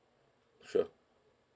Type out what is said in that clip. sure